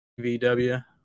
VW